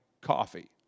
coffee